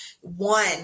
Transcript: one